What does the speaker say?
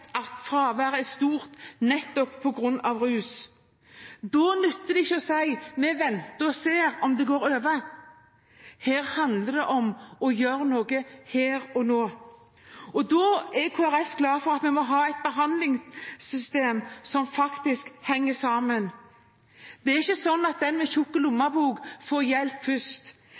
er stort nettopp på grunn av rus. Da nytter det ikke å si: Vi venter og ser om det går over. Det handler om å gjøre noe her og nå. Kristelig Folkeparti er klar på at vi må ha et behandlingssystem som faktisk henger sammen. Det må ikke være sånn at den med tykk lommebok får hjelp først.